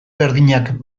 berdinak